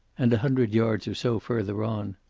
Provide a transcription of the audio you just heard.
and, a hundred yards or so further on,